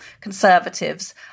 conservatives